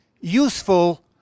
useful